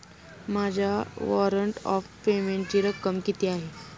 माझ्या warrant of पेमेंटची रक्कम किती आहे?